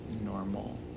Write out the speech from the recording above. normal